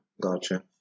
gotcha